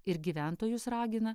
ir gyventojus ragina